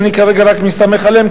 ואני כרגע מסתמך רק עליהם,